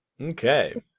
Okay